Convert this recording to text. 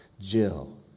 Jill